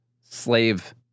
slave